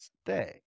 stay